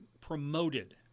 promoted